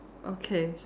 okay